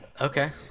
okay